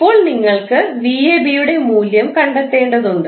ഇപ്പോൾ നിങ്ങൾക്ക് 𝑣𝑎𝑏 യുടെ മൂല്യം കണ്ടെത്തേണ്ടതുണ്ട്